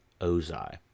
Ozai